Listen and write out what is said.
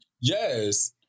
yes